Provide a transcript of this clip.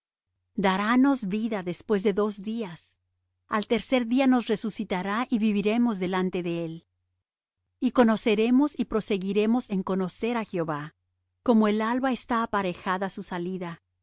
y nos vendará darános vida después de dos días al tercer día nos resucitará y viviremos delante de él y conoceremos y proseguiremos en conocer á jehová como el alba está aparejada su salida